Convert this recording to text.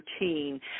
routine